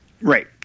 Right